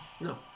No